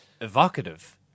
evocative